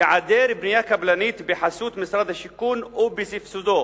היעדר בנייה קבלנית בחסות משרד השיכון ובסבסודו,